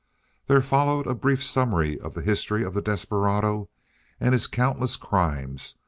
there followed a brief summary of the history of the desperado and his countless crimes,